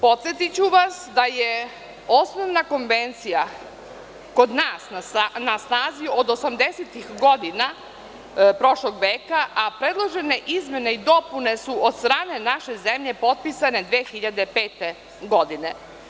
Podsetiću vas da je osnovna Konvencija kod nas na snazi od 80-ih godina prošlog veka, a predložene izmene i dopune su od strane naše zemlje potpisane 2005. godine.